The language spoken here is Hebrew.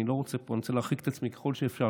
אני רוצה להרחיק את עצמי ככל שאפשר,